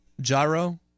gyro